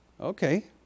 Okay